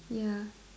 ya